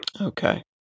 Okay